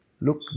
look